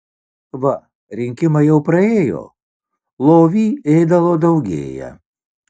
va rinkimai jau praėjo lovy ėdalo daugėja